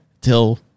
till